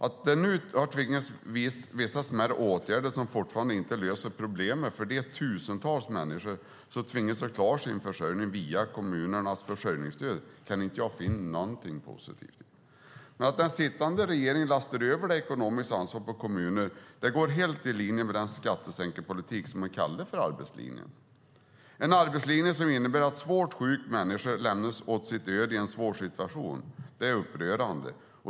Att det nu har tvingats fram vissa smärre åtgärder som fortfarande inte löser problemet för de tusentals människor som tvingas ha kvar sin försörjning via kommunernas försörjningsstöd kan jag inte finna någonting positivt i. Att den sittande regeringen lastar över det ekonomiska ansvaret på kommuner går dock helt i linje med den skattesänkningspolitik man kallar arbetslinjen. En arbetslinje som innebär att svårt sjuka människor lämnas åt sitt öde i en svår situation är upprörande.